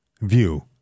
view